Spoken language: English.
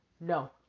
No